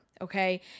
okay